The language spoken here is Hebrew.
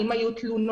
האם היו תלונות?